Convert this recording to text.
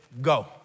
Go